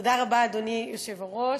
תודה רבה, אדוני היושב-ראש.